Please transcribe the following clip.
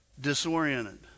disoriented